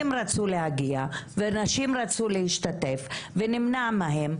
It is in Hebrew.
רצו להגיע ונשים רצו להשתתף ונמנע מהן,